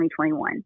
2021